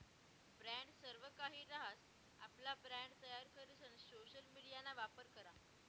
brand सर्वकाहि रहास, आपला ब्रँड तयार करीसन सोशल मिडियाना वापर करा